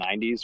90s